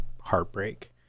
heartbreak